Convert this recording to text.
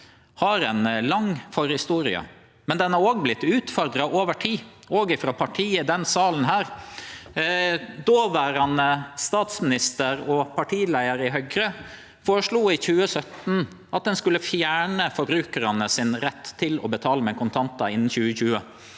har ei lang forhistorie, men han har vorte utfordra over tid, òg frå parti i denne salen. Dåverande statsminister og partileiar i Høgre føreslo i 2017 at ein skulle fjerne forbrukarane sin rett til å betale med kontantar innan 2020.